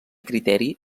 criteri